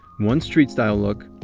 one street style look,